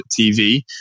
TV